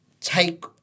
take